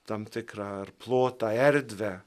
tam tikrą plotą erdvę